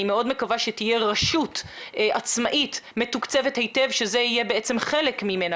מאוד מקווה שתהיה רשות עצמאית מתוקצבת היטב וזה יהיה חלק ממנה.